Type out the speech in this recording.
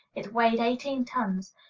it weighed eighteen tons.